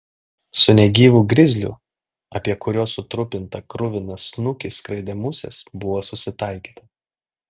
su negyvu grizliu apie kurio sutrupintą kruviną snukį skraidė musės buvo susitaikyta